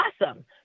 awesome